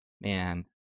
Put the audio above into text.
Man